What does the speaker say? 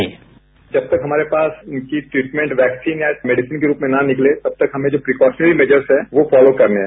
sound bite जब तक हमारे पास इनकी ट्रीटमेंट वैक्सीन या मेडिसन के रूप में ना निकले तब तक हमें जो प्रिकॉशनरी मैजर्स हैं वो फॉलो करने हैं